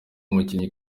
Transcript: umukinnyi